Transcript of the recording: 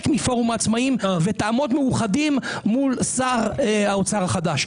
מפורום העצמאים ונעמוד מאוחדים מול שר האוצר החדש.